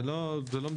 זה לא מדויק.